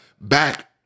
back